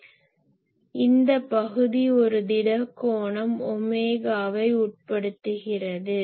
எனவே இந்த பகுதி ஒரு திட கோணம் ஒமேகாவை உட்படுத்துகிறது